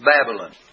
Babylon